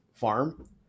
farm